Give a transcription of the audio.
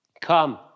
Come